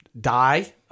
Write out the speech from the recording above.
die –